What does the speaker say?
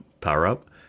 power-up